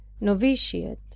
novitiate